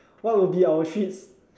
what would be our treats